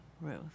Ruth